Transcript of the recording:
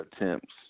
attempts